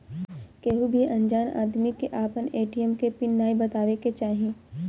केहू भी अनजान आदमी के आपन ए.टी.एम के पिन नाइ बतावे के चाही